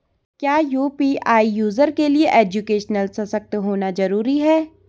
क्या UPI user के लिए एजुकेशनल सशक्त होना जरूरी है?